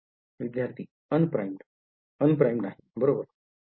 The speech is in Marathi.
विध्यार्थी Unprimed Unprimed बरोबर